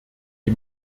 die